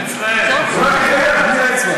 זה אצלם, זה אצל השקרנים.